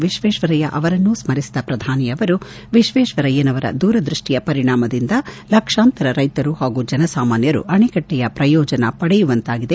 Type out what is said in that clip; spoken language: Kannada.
ವಿಶ್ವೇಶ್ವರಯ್ಯ ಅವರನ್ನೂ ಸ್ಕರಿಸಿದ ಪ್ರಧಾನಿ ಅವರು ವಿಶ್ವೇಶ್ವರಯ್ಯನವರ ದೂರದೃಷ್ಟಿಯ ಪರಿಣಾಮದಿಂದ ಲಕ್ಷಾಂತರ ರೈತರು ಹಾಗೂ ಜನಸಾಮನ್ಯರು ಅಣೆಕಟ್ಟೆಯ ಪ್ರಯೋಜನ ಪಡೆಯುವಂತಾಗಿದೆ